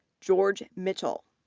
george mitchell,